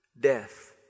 death